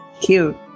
Cute